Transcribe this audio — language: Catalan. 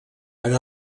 per